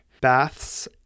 baths